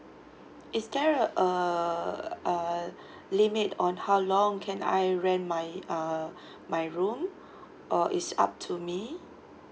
is there a err limit on how long can I rent my uh my room or is up to me